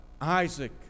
Isaac